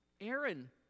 Aaron